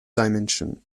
dimension